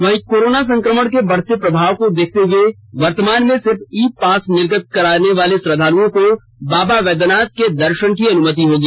वहीं कोरोना संक्रमण के बढ़ते प्रभाव को देखते हुए वर्तमान में सिर्फ ई पास निर्गत कराने वाले श्रद्वालुओं को बाबा बैद्यनाथ के दर्शन की अनुमति होगी